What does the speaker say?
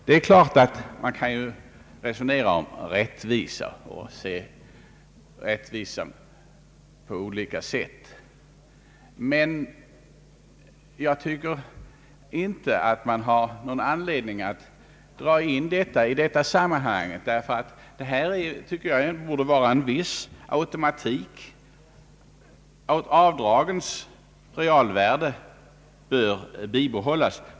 Det är klart att man kan resonera om rättvisa och se rättvisan på olika sätt. Men det finns ingen anledning att dra in den saken i detta sammanhang. Det är inte så att de stora inkomsttagarna gynnas, tvärtom. Här borde det vara fråga om en viss automatik. Avdragens realvärde bör bibehållas.